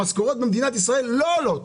המשכורות במדינת ישראל לא עולות.